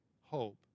hope